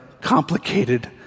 complicated